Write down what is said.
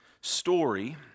story